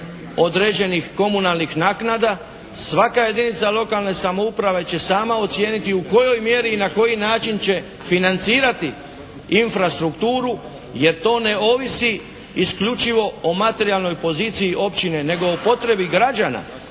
određenih komunalnih naknada. Svaka jedinica lokalne samouprave će sama ocijeniti u kojoj mjeri i na koji način će financirati infrastrukturu jer to ne ovisi isključivo o materijalnoj poziciji općine nego o potrebi građana.